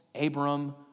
Abram